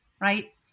Right